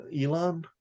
Elon